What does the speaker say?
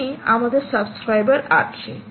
ধরে নি আমাদের সাবস্ক্রাইবার আছে